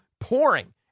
pouring